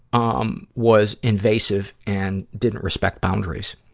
um, was invasive and didn't respect boundaries.